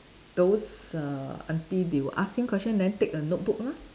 those err aunty they were asking question then take a notebook lah